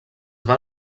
van